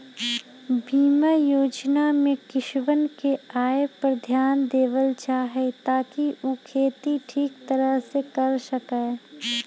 बीमा योजना में किसनवन के आय पर ध्यान देवल जाहई ताकि ऊ खेती ठीक तरह से कर सके